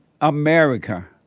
America